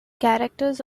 characters